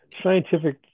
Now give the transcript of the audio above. scientific